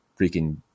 freaking